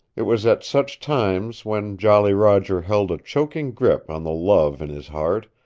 it was at such times, when jolly roger held a choking grip on the love in his heart,